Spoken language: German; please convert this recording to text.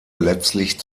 letztlich